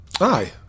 Aye